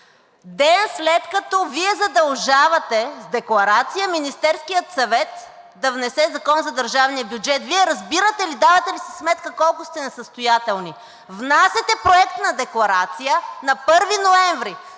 ден, след като Вие задължавате с декларация Министерския съвет да внесе Закон за държавния бюджет. Вие разбирате ли, давате ли си сметка колко сте несъстоятелни? Внасяте Проект на декларация на 1 ноември,